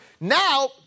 now